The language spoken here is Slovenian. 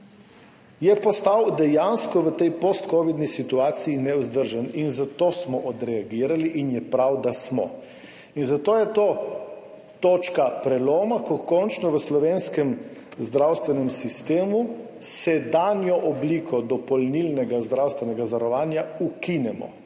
je postal dejansko v tej postkovidni situaciji nevzdržen in zato smo odreagirali in je prav, da smo. In zato je to točka preloma, ko končno v slovenskem zdravstvenem sistemu sedanjo obliko dopolnilnega zdravstvenega zavarovanja ukinemo,